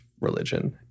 religion